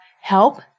help